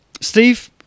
Steve